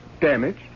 Damaged